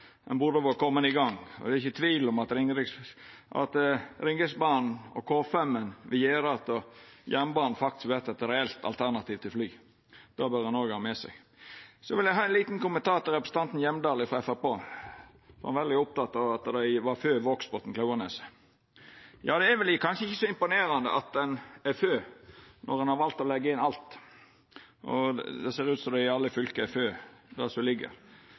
ein burde ha kome i gang. Det er ikkje tvil om at Ringeriksbanen og K5-en vil gjera at jernbanen faktisk vert eit reelt alternativ til fly. Det bør ein òg ha med seg. Eg vil gje ein liten kommentar til representanten Hjemdal frå Framstegspartiet, som var veldig oppteken av at dei var for Vågsbotn–Klauvaneset: Det er vel kanskje ikkje så imponerande at ein er for det når ein har valt å leggja inn alt, og når det ser ut som om ein i alle fylke er for det som ligg